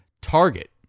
Target